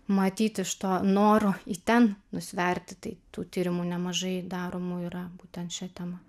matyt iš to noro į ten nusverti tai tų tyrimų nemažai daromų yra būtent šia tema